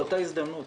באותה הזדמנות